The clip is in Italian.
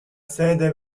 sede